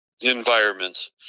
environments